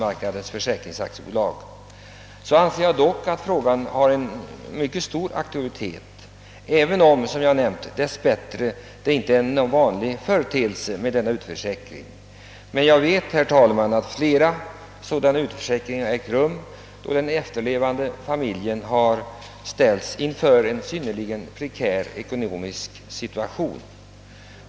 Frågan har därför enligt min mening stor betydelse, även om sådan utförsäkring — som jag sade — dess bättre inte är vanlig. Men jag vet, herr talman, att sådana utförsäkringar ägt rum, varvid den efterlevande familjen ställts i en synnerligen prekär ekonomisk situation.